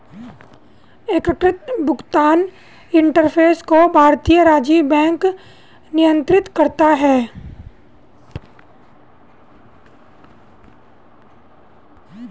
एकीकृत भुगतान इंटरफ़ेस को भारतीय रिजर्व बैंक नियंत्रित करता है